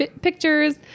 pictures